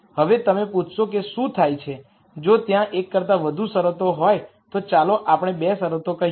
હવે તમે પૂછશો કે શું થાય છે જો ત્યાં એક કરતાં વધુ શરતો હોય તો ચાલો આપણે ૨ શરતો કહીએ